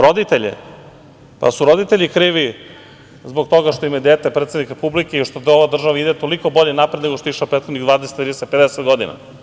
Roditelje, pa jesu roditelji krivi zbog toga što im je dete predsednik Republike i što ova država toliko bolje napreduje, nego što je išla prethodnih 20, 30, 50 godina?